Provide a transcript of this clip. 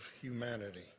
humanity